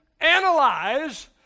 Analyze